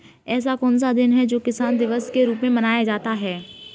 ऐसा कौन सा दिन है जो किसान दिवस के रूप में मनाया जाता है?